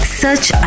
search